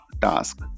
task